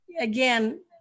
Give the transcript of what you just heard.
again